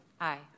Aye